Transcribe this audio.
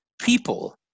people